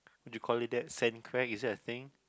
do you call it that sand crack is that a thing